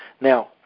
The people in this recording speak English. Now